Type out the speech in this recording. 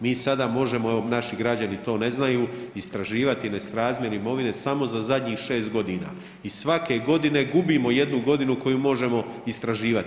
Mi sada možemo, evo naši građani to ne znaju, istraživati nesrazmjer imovine samo za zadnjih 6 godina i svake godine gubimo jednu godinu koju možemo istraživati.